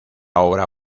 obra